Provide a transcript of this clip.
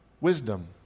wisdom